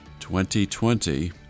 2020